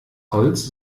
holz